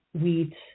wheat